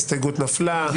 ההסתייגות נפלה.